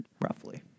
roughly